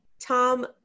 Tom